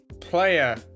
player